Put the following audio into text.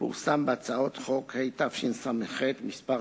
פורסם בהצעות חוק התשס"ח, מס'